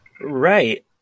Right